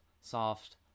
soft